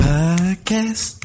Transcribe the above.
Podcast